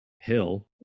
Hill